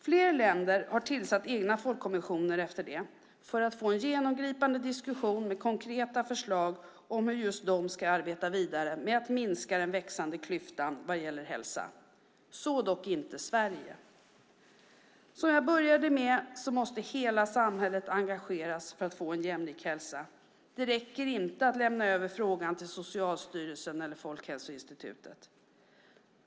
Flera länder har tillsatt egna folkhälsokommissioner efter det, för att få en genomgripande diskussion med konkreta förslag om hur just de ska arbeta vidare med att minska den växande klyftan vad gäller hälsa. Så dock inte Sverige. Jag började mitt anförande med att hela samhället måste engageras för att få en jämlik hälsa. Det räcker inte att lämna över frågan till Socialstyrelsen eller Folkhälsoinstitutet.